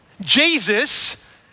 Jesus